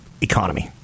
economy